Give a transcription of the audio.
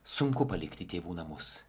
sunku palikti tėvų namus